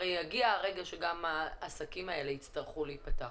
הרי גם יגיע הרגע שהעסקים האלה יצטרכו להיפתח